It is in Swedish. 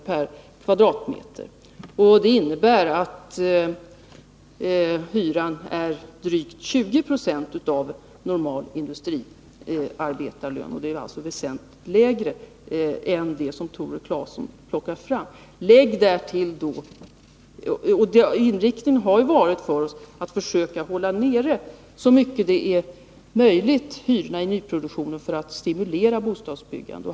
per kvadratmeter, vilket innebär att hyran är drygt 20 26 av en normal industriarbetarlön, dvs. väsentligt lägre än vad Tore Claeson sade. Vår inriktning har ju varit att för att stimulera bostadsbyggandet försöka att så mycket som möjligt hålla nere hyrorna i nyproduktionen.